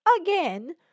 again